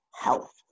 health